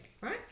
Right